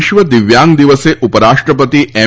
વિશ્વ દિવ્યાંગ દિવસે ઉપરાષ્ટ્રપતિ એમ